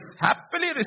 happily